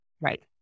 Right